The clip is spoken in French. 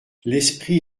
l’esprit